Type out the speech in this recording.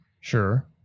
Sure